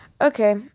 Okay